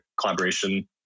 collaboration